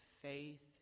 faith